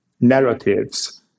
narratives